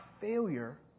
failure